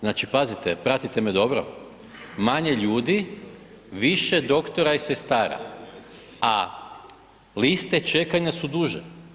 Znači pazite, pratite me dobro, manje ljudi, više doktora i sestara, a liste čekanja su duže.